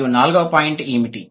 మరియు నాల్గవ పాయింట్ ఏమిటి